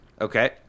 Okay